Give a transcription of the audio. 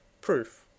Proof